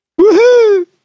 Woohoo